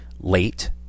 late